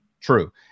True